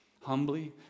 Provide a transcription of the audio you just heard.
humbly